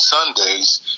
Sundays—